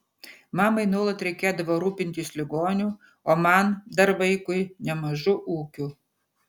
mamai nuolat reikėdavo rūpintis ligoniu o man dar vaikui nemažu ūkiu